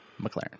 McLaren